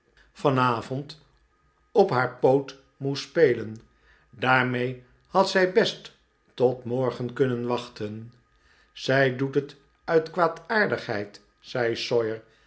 vanavond op haar poot moest spelen daarmee had zij best tot morgen kunnen wachten zij doet het uit kwaadaardigheid zei